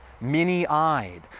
many-eyed